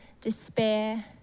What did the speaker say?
despair